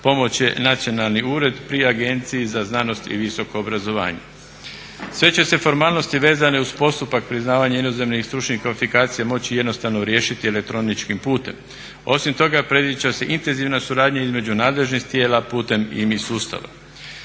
pomoć je nacionalni ured pri Agenciji za znanost i visoko obrazovanje. Sve će se formalnosti vezane uz postupak priznavanja inozemnih i stručnih kvalifikacija moći jednostavno riješiti elektroničkim putem. Osim toga predviđa se intenzivna suradnja između nadležnih tijela putem IMI sustava.